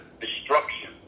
destruction